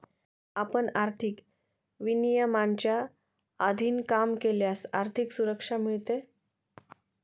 आपण आर्थिक विनियमांच्या अधीन काम केल्यास आर्थिक सुरक्षा मिळते